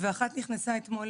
ואחת נכנסה אתמול